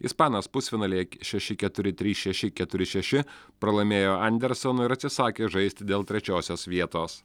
ispanas pusfinalyje šeši keturi trys šeši keturi šeši pralaimėjo andersonui ir atsisakė žaist dėl trečiosios vietos